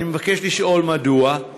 רצוני לשאול: 1. מדוע?